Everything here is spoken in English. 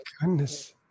goodness